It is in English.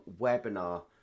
webinar